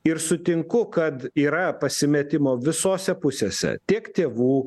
ir sutinku kad yra pasimetimo visose pusėse tiek tėvų